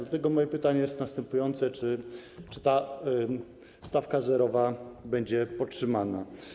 Dlatego moje pytanie jest następujące: Czy stawka zerowa będzie podtrzymana?